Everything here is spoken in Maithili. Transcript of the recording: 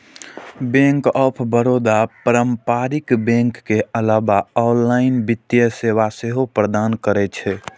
बैंक ऑफ बड़ौदा पारंपरिक बैंकिंग के अलावे ऑनलाइन वित्तीय सेवा सेहो प्रदान करै छै